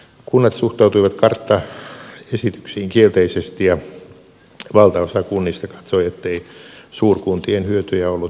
kunnat suhtautuivat karttaesityksiin kielteisesti ja valtaosa kunnista katsoi ettei suurkuntien hyötyjä ollut näytetty toteen